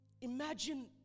Imagine